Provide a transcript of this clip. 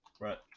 right